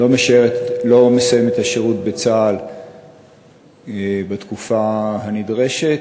לא מסיים את השירות בצה"ל בתקופה הנדרשת